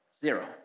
Zero